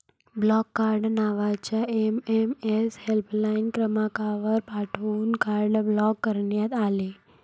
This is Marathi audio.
ब्लॉक कार्ड नावाचा एस.एम.एस हेल्पलाइन क्रमांकावर पाठवून कार्ड ब्लॉक करण्यात आले